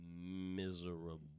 Miserable